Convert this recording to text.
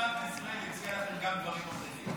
גם בנק ישראל הציע לכם גם דברים אחרים.